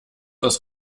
aus